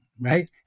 right